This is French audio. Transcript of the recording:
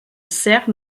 sert